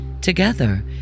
Together